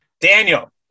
Daniel